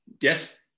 Yes